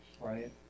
right